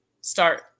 start